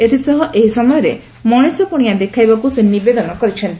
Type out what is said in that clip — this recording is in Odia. ଏଥିସହ ଏହି ସମୟରେ ମଶିଷ ପଶିଆ ଦେଖାଇବାକୁ ସେ ନିବେଦନ କରିଛନ୍ତି